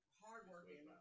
hardworking